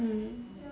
mm